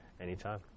Anytime